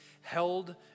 held